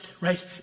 right